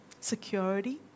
security